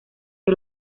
que